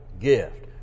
gift